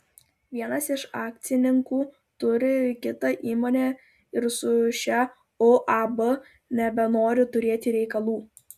vienas iš akcininkų turi kitą įmonę ir su šia uab nebenori turėti reikalų